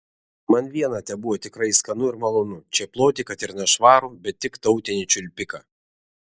man viena tebuvo tikrai skanu ir malonu čėploti kad ir nešvarų bet tik tautinį čiulpiką